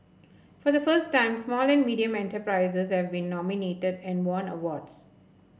for the first time small and medium enterprises have been nominated and won awards